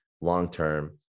long-term